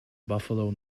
buffalo